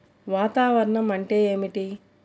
వాతావరణం అంటే ఏమిటి?